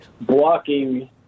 blocking